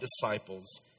disciples